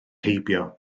heibio